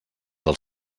del